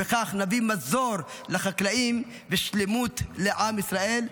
ובכך נביא מזור לחקלאים ושלמות לעם ישראל.